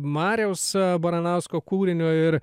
mariaus baranausko kūrinio ir